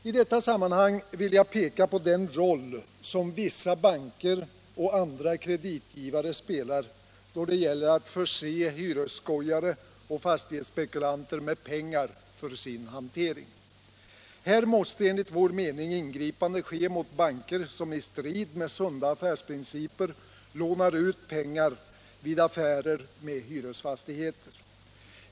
I detta sammanhang vill jag peka på den roll som vissa banker och andra kreditgivare spelar då det gäller att förse hyresskojare och fastighetsspekulanter med pengar för hanteringen. Här måste enligt vår mening ingripanden ske mot banker som i strid med sunda affärsprinciper lånar ut pengar vid affärer med hyresfastigheter.